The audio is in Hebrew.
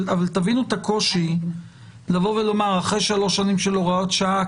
אבל תבינו את הקושי לבוא ולומר אחרי 3 שנים של הוראות שעה,